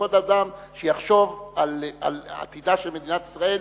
כל אדם שיחשוב על עתידה של מדינת ישראל.